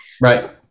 Right